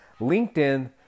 LinkedIn